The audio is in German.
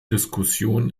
diskussion